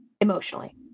emotionally